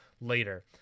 later